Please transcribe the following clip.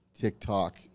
TikTok